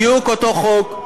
בדיוק אותו חוק.